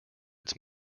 its